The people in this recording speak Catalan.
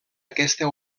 aquesta